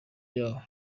yahoo